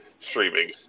streaming